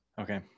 Okay